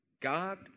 God